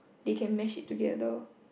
they can match it together